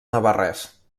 navarrès